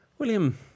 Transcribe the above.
William